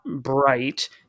bright